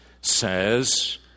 says